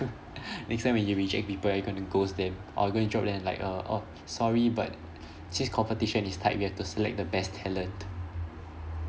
next time when you reject people are you gonna ghost them or gonna drop them with like err oh sorry but this competition is tight we have to select the best talent